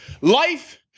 Life